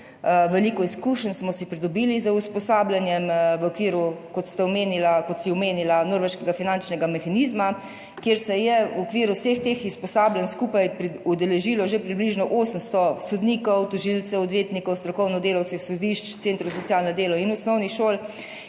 Veliko izkušenj smo si pridobili z usposabljanjem v okviru, kot si omenila, norveškega finančnega mehanizma, kjer se je vseh teh usposabljanj skupaj udeležilo že približno 800 sodnikov, tožilcev, odvetnikov, strokovnih delavcev sodišč, centrov za socialno delo in osnovnih šol.